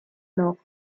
noch